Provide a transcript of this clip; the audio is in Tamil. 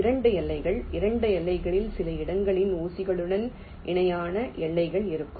2 எல்லைகள் 2 எல்லைகளில் சில இடங்களில் ஊசிகளுடன் இணையான எல்லைகள் இருக்கும்